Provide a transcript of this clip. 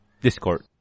Discord